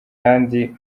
kandi